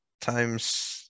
times